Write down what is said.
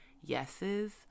yeses